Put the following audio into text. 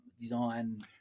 design